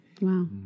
Wow